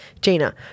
Gina